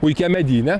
puikiam medyne